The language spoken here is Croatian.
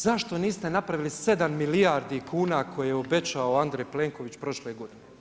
Zašto niste napravili 7 milijardi kuna koje je obećao Andrej Plenković prošle godine?